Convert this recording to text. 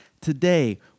Today